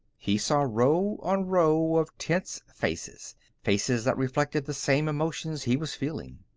he saw row on row of tense faces faces that reflected the same emotions he was feeling.